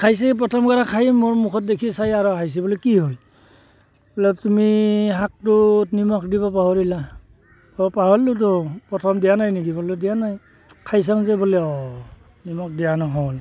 খাইছে প্ৰথমকেইটা খায়ে মোৰ মুখত দেখি চাই আৰু হাঁহিছে বোলো কি হ'ল বোলে তুমি শাকটোত নিমখ দিব পাহৰিলা অ' পাহৰিলোঁতো প্ৰথম দিয়া নাই নেকি বোলে দিয়া নাই খাই চাওঁ যে বোলে অ' নিমখ দিয়া নহ'ল